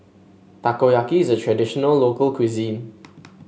takoyaki is a traditional local cuisine